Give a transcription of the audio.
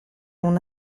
una